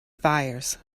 firs